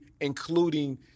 including